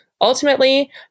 Ultimately